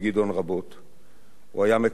הוא היה מקורי, יצירתי,